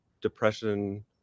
depression